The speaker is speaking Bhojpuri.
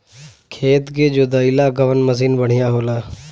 खेत के जोतईला कवन मसीन बढ़ियां होला?